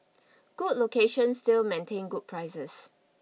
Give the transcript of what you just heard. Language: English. good locations still maintain good prices